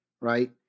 right